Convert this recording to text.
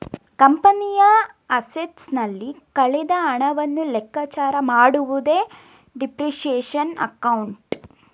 ಕಂಪನಿಯ ಅಸೆಟ್ಸ್ ನಲ್ಲಿ ಕಳೆದ ಹಣವನ್ನು ಲೆಕ್ಕಚಾರ ಮಾಡುವುದೇ ಡಿಪ್ರಿಸಿಯೇಶನ್ ಅಕೌಂಟ್